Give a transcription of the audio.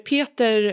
Peter